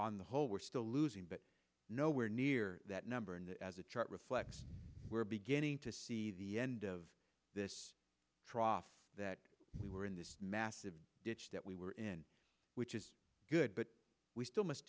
on the whole we're still losing but nowhere near that number and as the chart reflects we're beginning to see the end of this trough that we were in this massive ditch that we were in which is good but we still must